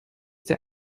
der